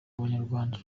umunyarwanda